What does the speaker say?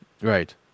right